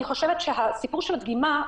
אני חושבת שסיפור הדגימה,